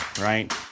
Right